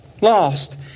lost